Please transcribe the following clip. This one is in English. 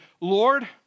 Lord